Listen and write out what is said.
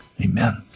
Amen